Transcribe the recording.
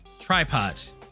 tripods